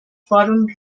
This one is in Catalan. fòrum